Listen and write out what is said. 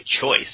choice